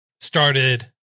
started